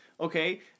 Okay